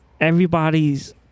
everybody's